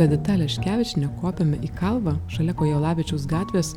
edita aleškevičienė kopiame į kalvą šalia kojelavičiaus gatvės